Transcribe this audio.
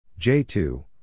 J2